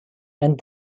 and